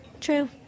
True